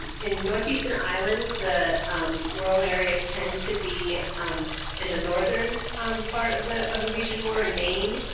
in the northeast and islands, the rural areas tend to be um in the northern part of the of the region more in maine,